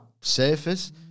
surface